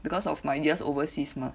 because of my years overseas mah